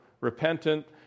repentant